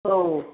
औ